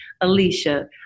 Alicia